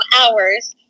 hours